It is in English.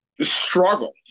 struggle